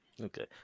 Okay